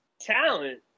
talent